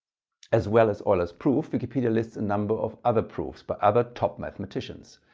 as well as euler's proof wikipedia lists a number of other proofs by other top mathematicians.